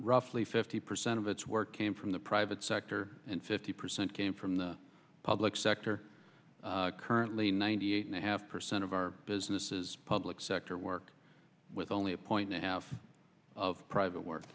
roughly fifty percent of its work came from the private sector and fifty percent came from the public sector currently ninety eight and a half percent of our business is public sector work with only a point a half of private